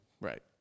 Right